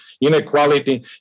Inequality